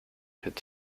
could